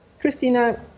Christina